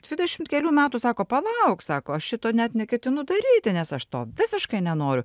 dvidešimt kelių metų sako palauk sako aš šito net neketinu daryti nes aš to visiškai nenoriu